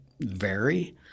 vary